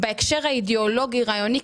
בהקשר האידיאולוגי-רעיוני,